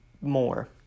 more